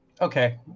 okay